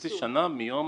חצי שנה מיום